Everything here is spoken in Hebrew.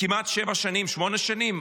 כמעט שבע שנים, שמונה שנים.